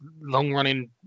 long-running